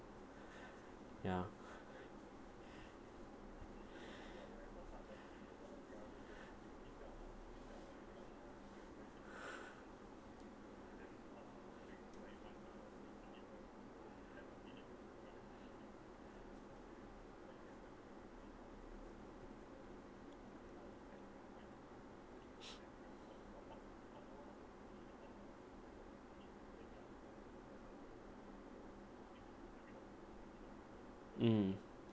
ya mm